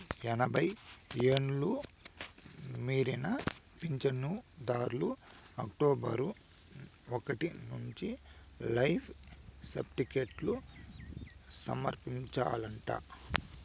ఎనభై ఎండ్లు మీరిన పించనుదార్లు అక్టోబరు ఒకటి నుంచి లైఫ్ సర్టిఫికేట్లు సమర్పించాలంట